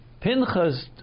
Pinchas